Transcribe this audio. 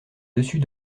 dessus